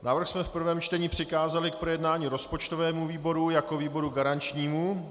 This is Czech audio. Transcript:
Návrh jsme v prvém čtení přikázali k projednání rozpočtovému výboru jako výboru garančnímu.